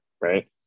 right